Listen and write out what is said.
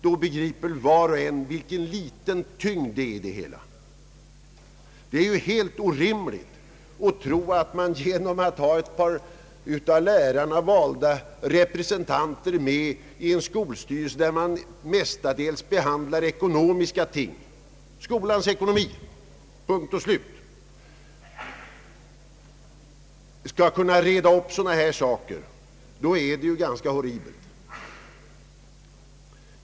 Då torde var och en begripa vilken liten tyngd det finns i detta resonemang. I en skolstyrelse behandlar man ju mestadels ekonomiska ting. Då är det ju helt orimligt att tro att man genom att ha med ett par av lärarna valda representanter skulle kunna lösa problemen.